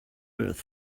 earth